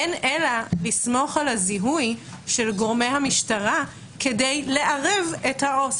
אין אלה לסמוך על הזיהוי של גורמי המשטרה כדי לערב את העובד